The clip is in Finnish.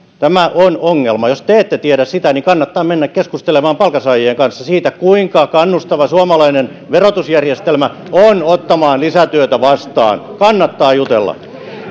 tämä on ongelma jos te ette tiedä sitä niin kannattaa mennä keskustelemaan palkansaajien kanssa siitä kuinka kannustava suomalainen verotusjärjestelmä on ottamaan lisätyötä vastaan kannattaa jutella